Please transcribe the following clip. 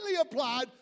applied